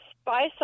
spice